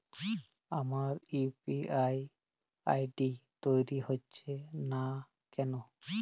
আমার UPI ID তৈরি হচ্ছে না কেনো?